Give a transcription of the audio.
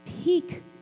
peak